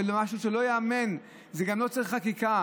זה משהו שלא ייאמן, זה גם לא צריך חקיקה,